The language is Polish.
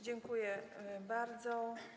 Dziękuję bardzo.